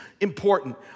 important